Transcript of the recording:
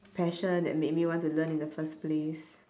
passion that made me want to learn in the first place